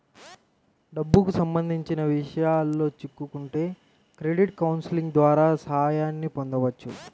డబ్బుకి సంబంధించిన విషయాల్లో చిక్కుకుంటే క్రెడిట్ కౌన్సిలింగ్ ద్వారా సాయాన్ని పొందొచ్చు